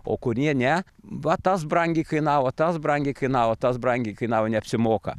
o kurie ne va tas brangiai kainavo tas brangiai kainavo tas brangiai kainavo neapsimoka